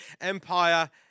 Empire